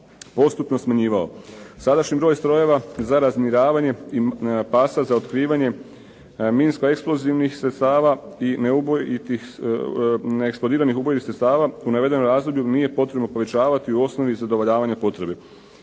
postupno smanjivao. Sadašnji broj strojeva za razminiravanje i pasa za otkrivanje minsko-eksplozivnih sredstava i neeksplodiranih ubojitih sredstava u navedenom razdoblju nije potrebno povećavati u osnovi zadovoljavanja potrebe.